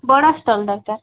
ବଡ଼ ଷ୍ଟଲ୍ ଦର୍କାର୍